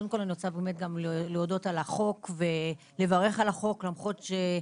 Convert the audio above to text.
אני מודה על החוק ומברכת עליו.